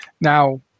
now